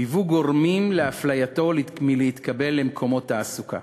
היוו גורמים לאפלייתו מלהתקבל למקומות תעסוקה.